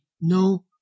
no